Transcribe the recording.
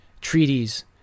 treaties